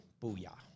Booyah